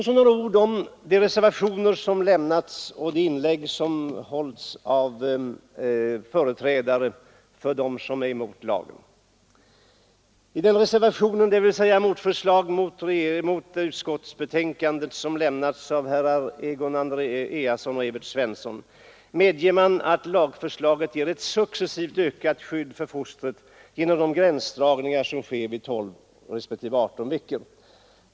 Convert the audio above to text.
Så några ord om de reservationer som lämnats och de inlägg som gjorts av företrädare för dem som är emot lagen. I reservationen av herrar Evert Svensson och Egon Andreasson medger man att lagsförslaget ger ett successivt ökande skydd för fostret genom de gränsdragningar som sker vid tolfte respektive adertonde veckan.